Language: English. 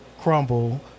crumble